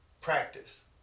practice